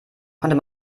konnte